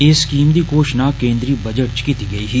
इस स्कीम दी घोशणा केन्द्रीय बजट च कीती गेई ही